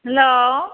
hello